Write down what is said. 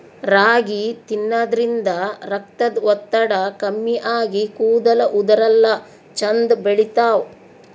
ರಾಗಿ ತಿನ್ನದ್ರಿನ್ದ ರಕ್ತದ್ ಒತ್ತಡ ಕಮ್ಮಿ ಆಗಿ ಕೂದಲ ಉದರಲ್ಲಾ ಛಂದ್ ಬೆಳಿತಾವ್